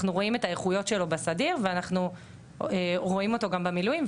אנחנו רואים את האיכויות שלו בסדיר ואנחנו רואים אותו גם במילואים,